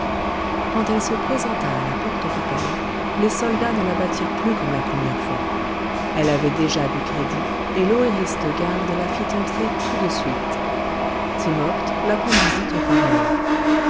quand elle se présenta à la porte du palais les soldats ne la battirent plus comme la première fois elle avait déjà du crédit et l'oëris de garde la fit entrer tout de suite timopht la conduisit au pharaon